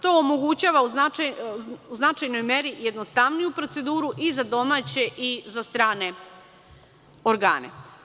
To omogućava u značajno meri jednostavniju proceduru i za domaće i za strane organe.